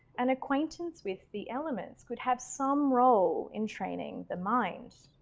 an acquaintance with the elements could have some role in training the mind.